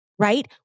right